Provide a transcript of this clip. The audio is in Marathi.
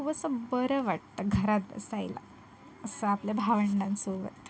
खूप असं बरं वाटतं घरात बसायला असं आपल्या भावंडांसोबत